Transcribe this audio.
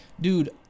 Dude